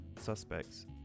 suspects